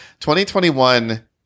2021